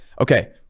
Okay